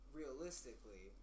realistically